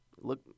look